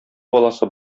баласы